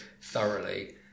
thoroughly